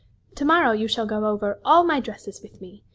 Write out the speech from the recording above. to-morrow you shall go over all my dresses with me,